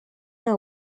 nta